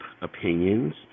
opinions